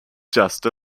just